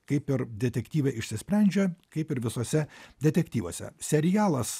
kaip ir detektyve išsisprendžia kaip ir visuose detektyvuose serialas